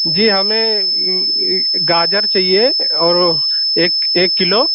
جی ہمیں گاجر چاہیے اور ایک ایک کلو